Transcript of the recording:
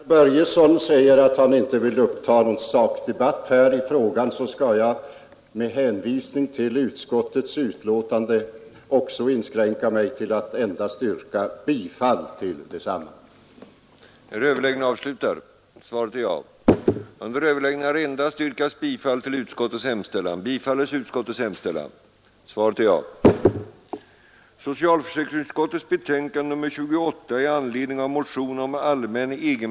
Herr talman! Eftersom herr Börjesson i Falköping säger att han inte vill uppta någon sakdebatt i den här frågan skall jag med hänvisning till utskottets betänkande inskränka mig till att endast yrka bifall till utskottets hemställan.